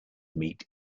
meat